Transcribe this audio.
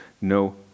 no